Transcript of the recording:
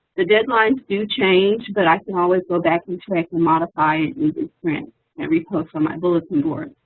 the deadlines do change, but i can always go back into it and modify and reprint and repost on my bulletin board.